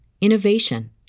innovation